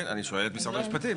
גם פיצול,